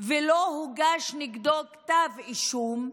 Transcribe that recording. ולא הוגש נגדו כתב אישום,